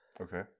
Okay